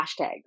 hashtag